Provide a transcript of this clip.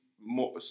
more